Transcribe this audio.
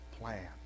plan